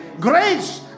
Grace